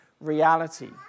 reality